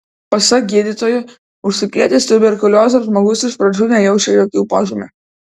pasak gydytojų užsikrėtęs tuberkulioze žmogus iš pradžių nejaučia jokių požymių